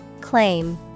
Claim